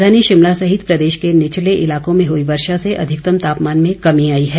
राजधानी शिमला सहित प्रदेश के निचले इलाकों में हई वर्षा से अधिकतम तापमान में कमी आई है